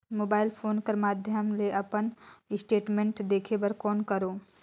Mobile phone कर माध्यम ले अपन स्टेटमेंट देखे बर कौन करों?